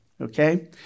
okay